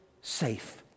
safe